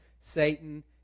Satan